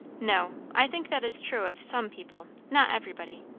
no i think that is true of some people not everybody.